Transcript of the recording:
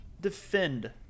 defend